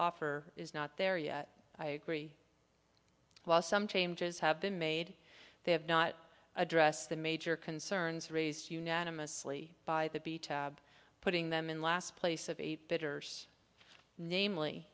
offer is not there yet i agree while some changes have been made they have not addressed the major concerns raised unanimously by the b tab putting them in last place of eight